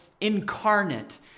incarnate